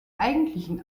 eigentlichen